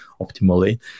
optimally